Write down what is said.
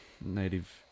Native